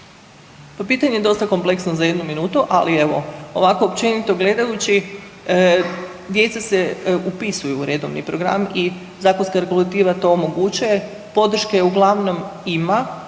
Pitanje je dosta kompleksno za jednu minutu, ali evo ovako općenito gledajući djeca se upisuju u redovni program i zakonska regulativa to omogućuje. Podrške uglavnom ima,